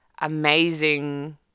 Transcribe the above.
amazing